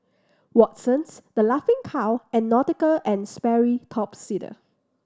Watsons The Laughing Cow and Nautica and Sperry Top Sider